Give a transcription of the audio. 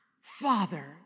Father